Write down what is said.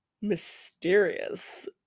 mysterious